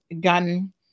gun